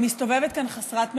אני מסתובבת כאן חסרת מנוחה,